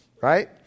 Right